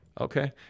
Okay